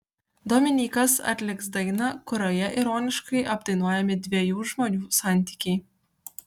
dominykas atliks dainą kurioje ironiškai apdainuojami dviejų žmonių santykiai